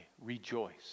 rejoice